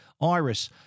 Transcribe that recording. iris